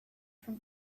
from